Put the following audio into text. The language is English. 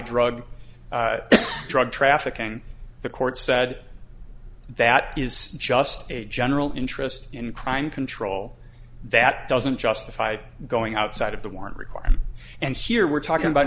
drug drug trafficking the court said that is just a general interest in crime control that doesn't justify going outside of the warrant requirement and here we're talking about